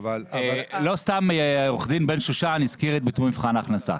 לא סתם עורך דין בן שושן הזכיר את ביטול מבחן ההכנסה.